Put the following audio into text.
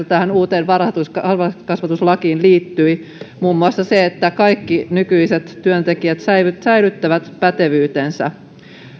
tähän uuteen varhaiskasvatuslakiin liittyi muun muassa kaikki nykyiset työntekijät säilyttävät pätevyytensä